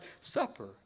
Supper